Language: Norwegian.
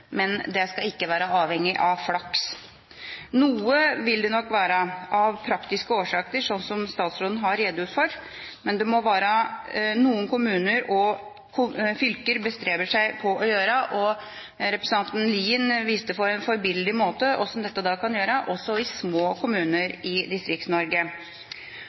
men det skal ikke være avhengig av flaks. Noe vil det nok være, av praktiske årsaker, som statsråden har redegjort for, men det må være noe som kommuner og fylker bestreber seg på å gjøre. Representanten Lien viste på en forbilledlig måte hvordan dette kan gjøres også i små kommuner i